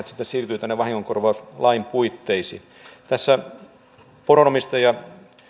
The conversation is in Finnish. sitten siirtyvät vahingonkorvauslain puitteisiin tässä poronomistaja